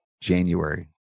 January